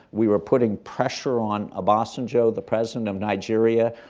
we were putting pressure on obasanjo, the president of nigeria,